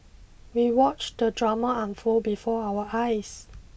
we watched the drama unfold before our eyes